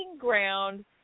ground